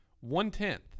One-tenth